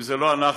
אם זה לא אנחנו,